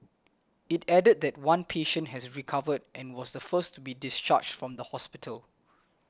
it added that one patient has recovered and was the first to be discharged from the hospital